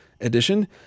edition